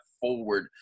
forward